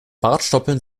bartstoppeln